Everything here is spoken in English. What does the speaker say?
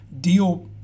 Deal